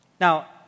Now